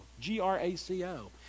g-r-a-c-o